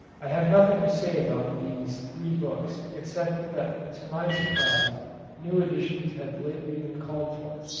i have nothing to say about these three books except that to my surprise new editions have lately been called for.